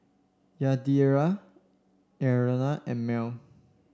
Yadira Eola and Mal